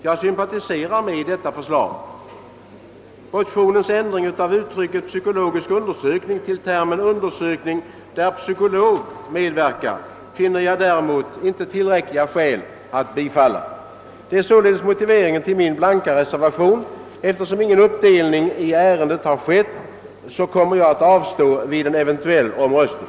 Jag sympatiserar med detta förslag. Motionens ändring av uttrycket »psykologisk undersökning» till termen »undersökning där psykolog medverkar» finner jag däremot ej tillräckliga skäl att tillstyrka. Detta är således motiveringen till min blanka reservation. Eftersom ingen uppdelning skett, kommer jag att avstå från att rösta vid en eventuell votering.